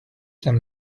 them